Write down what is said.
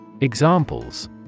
Examples